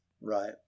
Right